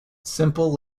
simple